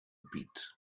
pit